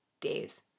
days